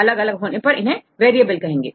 अलग अलग होने पर इन्हें वेरिएबल कहते हैं